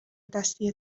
دستی